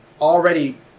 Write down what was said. already